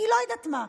כי לא יודעת מה,